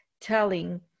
telling